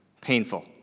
painful